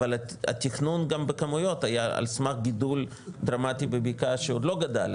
אבל התכנון גם בכמויות היה על סמך גידול דרמטי בבקעה שעוד לא גדל,